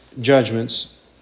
judgments